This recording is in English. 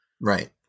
Right